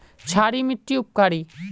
क्षारी मिट्टी उपकारी?